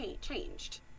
changed